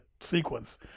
sequence